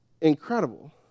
incredible